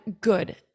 good